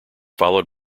followed